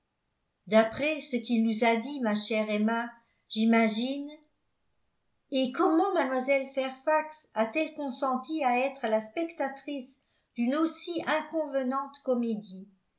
d'après ce qu'il nous a dit ma chère emma j'imagine et comment mlle fairfax a-t-elle consenti à être la spectatrice d'une aussi inconvenante comédie